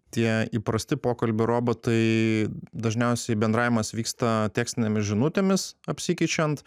tie įprasti pokalbių robotai dažniausiai bendravimas vyksta tekstinėmis žinutėmis apsikeičiant